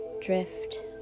drift